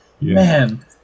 man